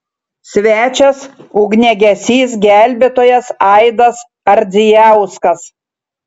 svečias ugniagesys gelbėtojas aidas ardzijauskas